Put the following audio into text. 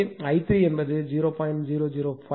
எனவே i3 என்பது 0